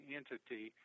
entity